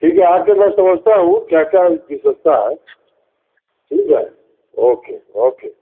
ठीक है आके मै समझता हूँ क्या क्या विशेषता है ठीक है ओके ओके